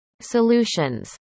solutions